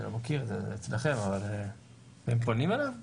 אני לא מכיר, זה אצלכם, אבל הם פונים אליו באמת?